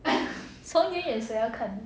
从远远谁要看你